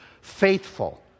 faithful